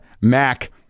mac